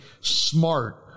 smart